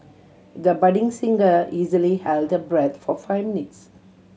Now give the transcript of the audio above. the budding singer easily held her breath for five minutes